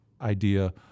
idea